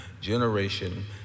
generation